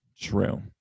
True